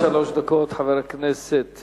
חבר הכנסת